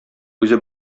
үзе